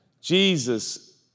Jesus